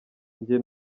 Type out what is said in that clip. njye